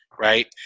right